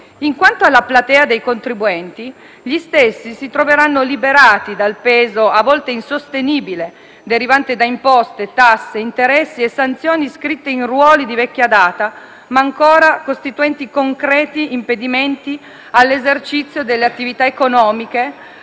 Quanto alla platea dei contribuenti, gli stessi si troveranno liberati dal peso, a volte insostenibile, derivante da imposte, tasse, interessi e sanzioni iscritte in ruoli di vecchia data, ma ancora costituenti concreti impedimenti all'esercizio delle attività economiche